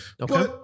Okay